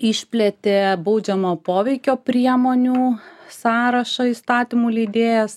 išplėtė baudžiamo poveikio priemonių sąrašą įstatymų leidėjas